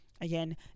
Again